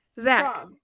Zach